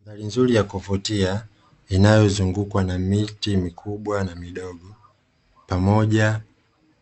Mandhari nzuri ya kuvutia inayozungukwa na miti mikubwa na midogo pamoja